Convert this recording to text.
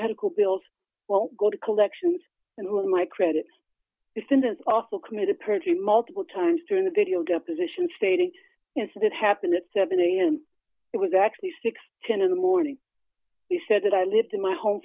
medical bills won't go to collections and on my credit defendants also committed perjury multiple times during the video deposition stating yes that happened at seven am it was actually six ten in the morning he said that i lived in my home